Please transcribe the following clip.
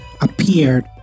appeared